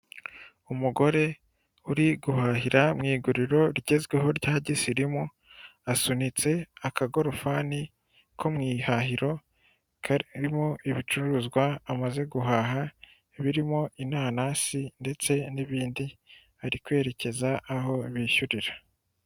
Umugore uri guhahira mu iguriro rigezweho rya gisirimu, asunitse akagorofani ko mu ihahiro karimo ibicuruzwa amaze guhaha birimo inanasi ndetse n'ibindi, ari kwerekeza aho bishyurira.